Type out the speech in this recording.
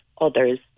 others